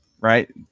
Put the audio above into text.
right